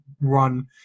run